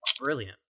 brilliant